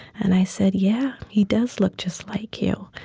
and i said, yeah, he does look just like you.